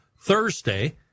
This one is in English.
Thursday